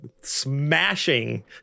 smashing